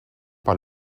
par